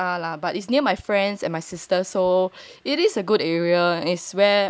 but it's near my friends and my sister so it is a good area